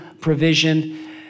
provision